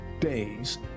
days